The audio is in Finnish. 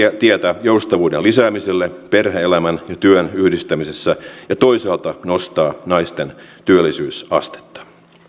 tietä joustavuuden lisäämiselle perhe elämän ja työn yhdistämisessä ja toisaalta nostaa naisten työllisyysastetta